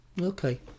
Okay